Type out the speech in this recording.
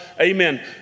amen